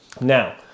Now